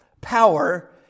power